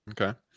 Okay